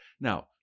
Now